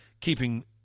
keeping